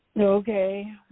Okay